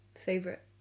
favorite